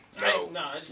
No